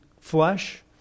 flesh